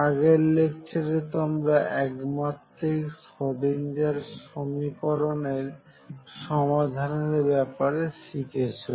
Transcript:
আগের লেকচারে তোমরা একমাত্রিক স্রোডিঞ্জার সমীকরণের সমাধানের ব্যাপারে শিখেছো